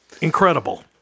incredible